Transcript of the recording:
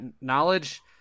knowledge